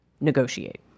negotiate